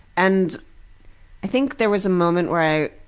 and i think there was a moment where i,